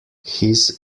his